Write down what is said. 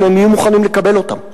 אם הם יהיו מוכנים לקבל אותם.